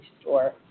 Store